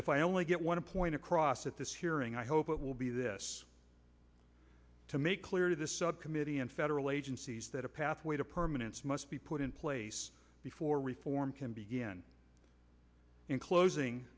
if i only get one point across at this hearing i hope it will be this to make clear to the subcommittee and federal agencies that a pathway to permanence must be put in place before reform can begin in closing